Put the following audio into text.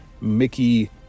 Mickey